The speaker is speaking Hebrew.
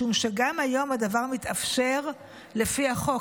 משום שגם היום הדבר מתאפשר לפי החוק.